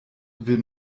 will